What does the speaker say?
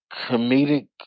comedic